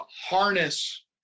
harness